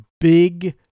big